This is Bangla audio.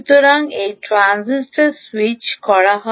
সুতরাং এই ট্রানজিস্টর স্যুইচ করা হয়